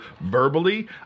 verbally